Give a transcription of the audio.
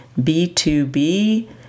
B2B